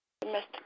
domestic